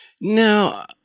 Now